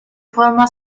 forma